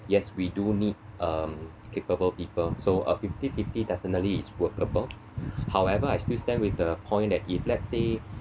yes we do need um capable people so uh fifty fifty definitely is workable however I still stand with the point that if let's say